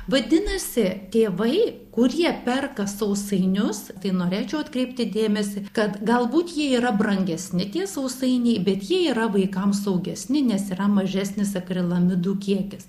vadinasi tėvai kurie perka sausainius tai norėčiau atkreipti dėmesį kad galbūt jie yra brangesni tie sausainiai bet jie yra vaikams saugesni nes yra mažesnis akrilamidų kiekis